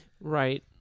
Right